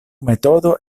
metodo